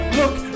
look